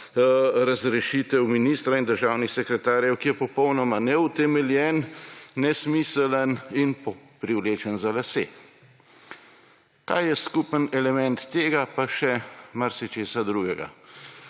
razrešitev ministra in državnih sekretarjev, ki je popolnoma neutemeljen, nesmiseln in privlečen za lase, kar je skupen element tega pa še marsičesa drugega.